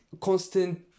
constant